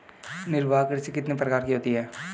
निर्वाह कृषि कितने प्रकार की होती हैं?